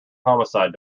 homicide